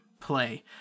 play